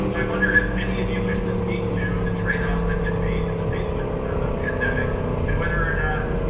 but i wonder if any of you wish to speak to the tradeoffs that get made in the face but and of a pandemic and whether or not,